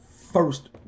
first